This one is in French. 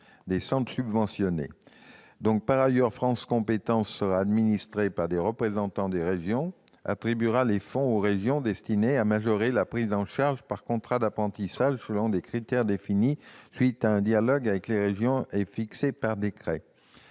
des centres subventionnés. Par ailleurs, France compétences sera administrée par des représentants des régions et attribuera aux régions les fonds destinés à majorer la prise en charge par contrat d'apprentissage selon des critères définis à l'issue d'un dialogue avec les régions et fixés par décret.